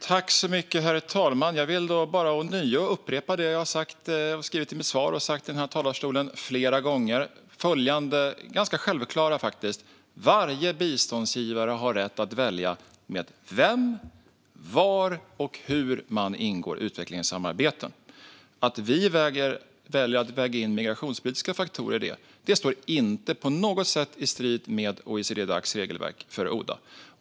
Herr talman! Jag vill då bara ånyo upprepa det jag har sagt i mitt svar och det jag har sagt här i talarstolen flera gånger och som är ganska självklart: Varje biståndsgivare har rätt att välja med vem, var och hur man ingår utvecklingssamarbeten. Att vi väljer att väga in migrationspolitiska faktorer i det står inte på något sätt i strid med OECD-Dacs regelverk för ODA.